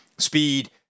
Speed